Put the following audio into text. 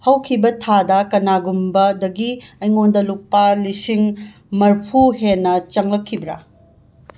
ꯍꯧꯈꯤꯕ ꯊꯥꯗ ꯀꯅꯥꯒꯨꯝꯕꯗꯒꯤ ꯑꯩꯉꯣꯟꯗ ꯂꯨꯄꯥ ꯂꯤꯁꯤꯡ ꯃꯔꯤꯐꯨ ꯍꯦꯟꯅ ꯆꯪꯂꯛꯈꯤꯕ꯭ꯔꯥ